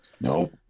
nope